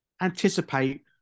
anticipate